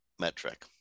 metric